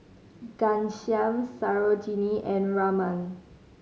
Ghanshyam Sarojini and Raman